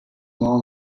more